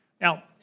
Now